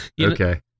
Okay